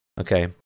okay